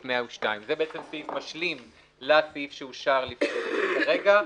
102(א)'." זה סעיף משלים לסעיף שאושר לפני רגע,